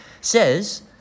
says